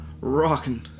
rocking